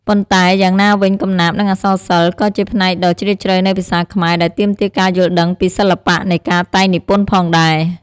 ប៉ុន្តែយ៉ាងណាវិញ កំណាព្យ និងអក្សរសិល្ប៍ ក៏ជាផ្នែកដ៏ជ្រាលជ្រៅនៃភាសាខ្មែរ ដែលទាមទារការយល់ដឹងពីសិល្បៈនៃការតែងនិពន្ធផងដែរ។